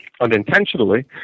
unintentionally